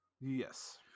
Yes